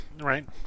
right